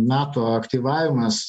nato aktyvavimas